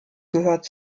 gehört